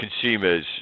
consumers